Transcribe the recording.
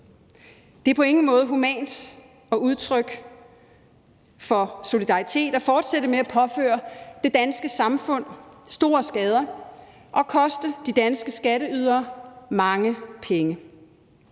Det er på ingen måde humant og udtryk for solidaritet at fortsætte med at påføre det danske samfund store skader og koste de danske skatteydere mange penge.